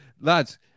Lads